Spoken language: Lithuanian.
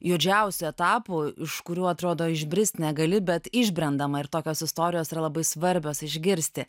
juodžiausių etapų iš kurių atrodo išbrist negali bet išbrendama ir tokios istorijos yra labai svarbios išgirsti